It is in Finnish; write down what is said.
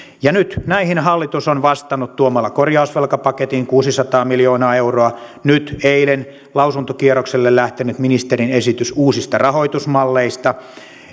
nyt hallitus on vastannut näihin tuomalla korjausvelkapaketin kuusisataa miljoonaa euroa ja nyt eilen lausuntokierrokselle lähteneen ministerin esityksen uusista rahoitusmalleista